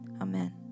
Amen